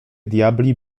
diabli